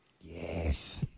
Yes